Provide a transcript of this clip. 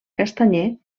castanyer